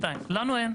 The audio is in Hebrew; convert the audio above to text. לנו אין.